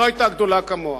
לא היתה גדולה כמוה.